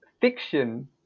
fiction